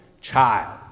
child